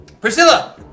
Priscilla